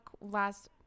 last